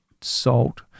salt